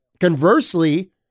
conversely